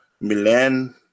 Milan